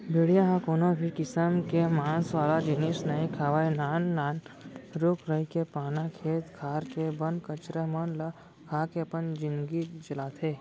भेड़िया ह कोनो भी किसम के मांस वाला जिनिस नइ खावय नान नान रूख राई के पाना, खेत खार के बन कचरा मन ल खा के अपन जिनगी चलाथे